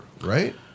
right